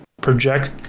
project